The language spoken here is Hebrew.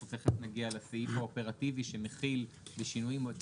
אנחנו תיכף נגיע לסעיף האופרטיבי שמכיל בשינויים את